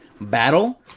battle